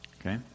Okay